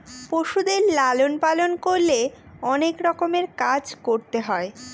পশুদের লালন পালন করলে অনেক রকমের কাজ করতে হয়